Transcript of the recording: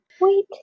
Wait